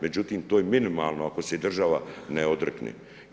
Međutim, to je minimalno ako se država ne odrekne.